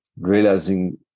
realizing